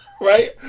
right